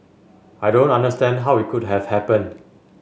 I don't understand how it could have happened